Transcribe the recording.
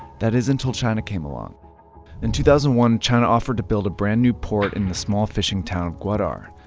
that is until china came along. in two thousand and one, china offered to build a brand new port in the small fishing town of gwadar.